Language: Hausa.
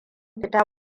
fita